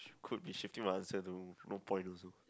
could be shifting my answer to no point also